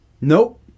Nope